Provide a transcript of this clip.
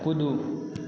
कूदू